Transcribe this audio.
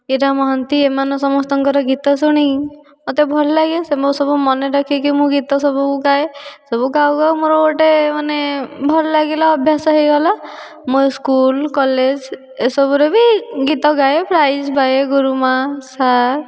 ଇରା ମହାନ୍ତି ଏମାନେ ସମସ୍ତଙ୍କର ଗୀତ ଶୁଣି ମୋତେ ଭଲ ଲାଗେ ସେ ମୋ' ସବୁ ମନେ ରଖିକି ମୁଁ ଗୀତ ସବୁ ଗାଏ ସବୁ ଗାଉ ଗାଉ ମୋ'ର ଗୋଟିଏ ମାନେ ଭଲ ଲାଗିଲା ଅଭ୍ୟାସ ହୋଇଗଲା ମୁଁ ସ୍କୁଲ କଲେଜ ଏସବୁରେ ବି ଗୀତ ଗାଏ ପ୍ରାଇଜ୍ ପାଏ ଗୁରୁ ମା' ସାର୍